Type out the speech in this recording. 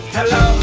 Hello